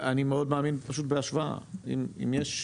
אני מאוד מאמין פשוט בהשוואה אם יש,